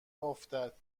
افتد